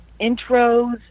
intros